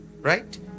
right